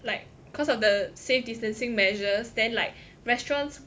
like cause of the safe distancing measures then like restaurants